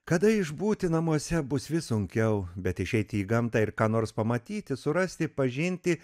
kada išbūti namuose bus vis sunkiau bet išeiti į gamtą ir ką nors pamatyti surasti pažinti